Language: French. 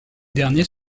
derniers